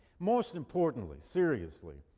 most importantly, seriously,